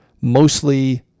mostly